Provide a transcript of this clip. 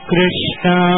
Krishna